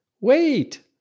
Wait